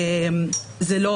זה לא